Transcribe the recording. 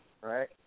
Right